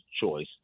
choice